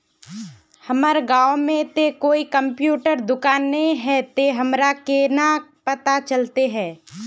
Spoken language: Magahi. हमर गाँव में ते कोई कंप्यूटर दुकान ने है ते हमरा केना पता चलते है?